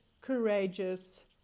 courageous